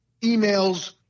emails